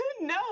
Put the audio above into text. No